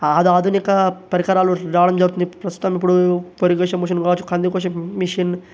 ఆ ఆధునిక పరికరాలు రావడం జరుగుతుంది ఇప్పుడు ప్రస్తుతం ఇప్పుడు వరి కోసే మిషన్ కావచ్చు కందులు కోసే మిషన్